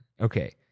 Okay